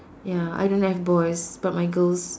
ya I don't have boys but my girls